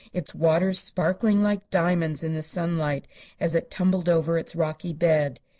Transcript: its waters sparkling like diamonds in the sunlight as it tumbled over its rocky bed.